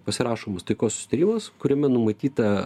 pasirašomas taikos susitarimas kuriame numatyta